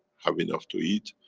have enough to eat,